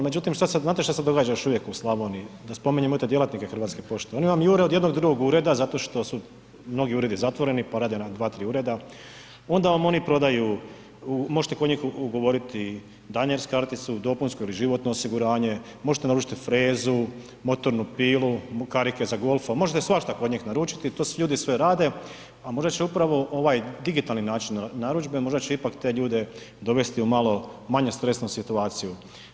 Međutim, znate šta se događa još uvijek u Slavoniji, da spominjemo i te djelatnike Hrvatske pošte oni vam jure od jednog do drugog ureda zato što su mnogi uredi zatvoreni pa rade na 2-3 ureda, onda vam oni prodaju, možete kod njih ugovoriti Diners karticu, dopunsko ili životno osiguranje, možete naručiti frezu, motornu pilu, karike za Golfa, možete svašta kod njih naručiti, to ljudi sve rade, a možda će upravo ovaj digitalan način narudžbe možda će ipak te ljude dovesti u malo manje stresnu situaciju.